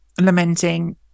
lamenting